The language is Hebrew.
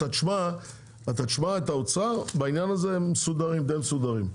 אתה תשמע את האוצר, בעניין הזה הם די מסודרים,